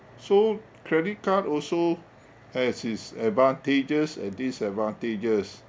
so credit card also has it's advantages and disadvantages